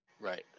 right